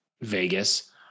Vegas